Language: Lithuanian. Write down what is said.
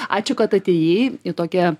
ačiū kad atėjai į tokią